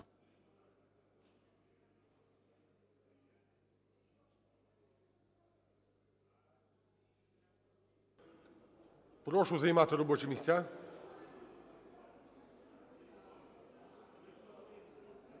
Прошу займати робочі місця.